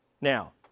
Now